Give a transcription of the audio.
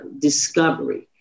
discovery